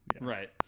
right